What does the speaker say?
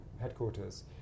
headquarters